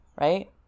right